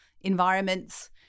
environments